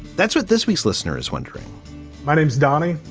that's what this week's listener is wondering my name's danny.